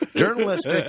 journalistic